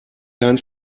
kein